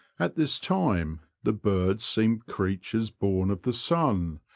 at this time the birds seem creatures born of the sun,